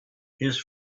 his